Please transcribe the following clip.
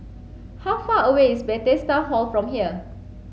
how far away is Bethesda Hall from here